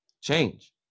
change